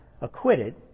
acquitted